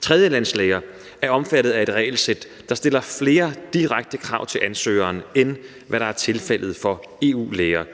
Tredjelandslæger er omfattet af et regelsæt, der stiller flere direkte krav til ansøgeren, end hvad der er tilfældet for EU-læger.